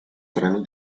treno